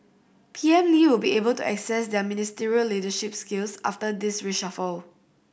P M Lee will be able to assess their ministerial leadership skills after this reshuffle